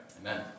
Amen